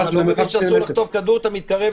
הרי אתה לא שולח איתו את הסיור, אתה לא